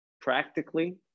practically